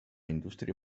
indústria